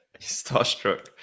starstruck